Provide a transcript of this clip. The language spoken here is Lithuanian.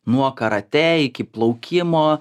nuo karatė iki plaukimo